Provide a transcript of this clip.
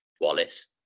wallace